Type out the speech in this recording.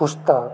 पुस्तक